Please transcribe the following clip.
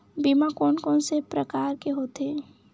बीमा कोन कोन से प्रकार के होथे?